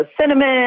cinnamon